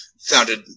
founded